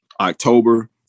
October